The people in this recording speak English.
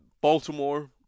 Baltimore